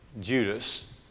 Judas